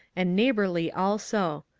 and neighbourly also.